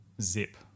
zip